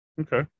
Okay